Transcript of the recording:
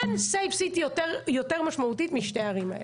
אין save city יותר משמעותית משתי הערים האלה.